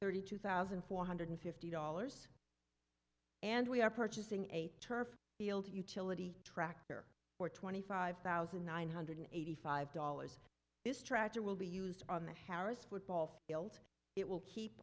thirty two thousand four hundred fifty dollars and we are purchasing a turf field utility tractor for twenty five thousand nine hundred eighty five dollars this tractor will be used on the harris football field it will keep